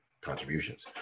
contributions